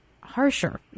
harsher